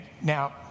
Now